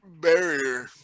barrier